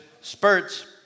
spurts